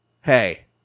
hey